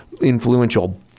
influential